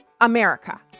America